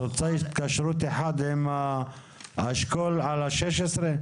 את רוצה התקשרות אחת עם האשכול על ה-16?